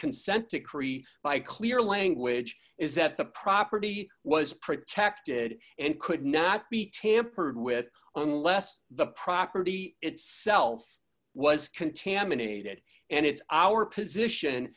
consent decree by clear language is that the property was protected and could not be tampered with unless the property itself was contaminated and it's our position